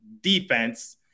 defense